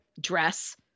dress